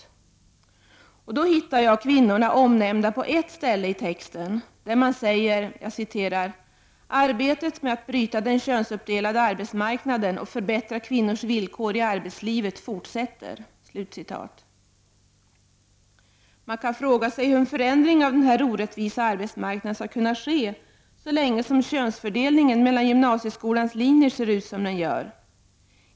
Jag har då hittat kvinnorna omnämnda på ett ställe i texten, nämligen där man säger: ”Arbetet med att bryta den könsuppdelade arbetsmarknaden och förbättra kvinnors villkor i arbetslivet fortsätter.” Man kan fråga sig hur en förändring av denna orättvisa arbetsmarknad skall kunna ske så länge som könsfördelningen mellan gymnasieskolans linjer ser ut som den gör.